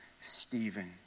Stephen